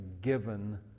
given